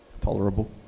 tolerable